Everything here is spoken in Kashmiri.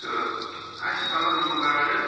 تہٕ اَسہِ پَزَن یِمہٕ گاڈٕ